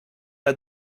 let